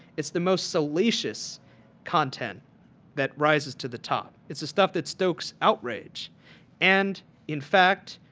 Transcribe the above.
is the most salacious content that rises to the top. it is the stuff that stokes outrage and in fact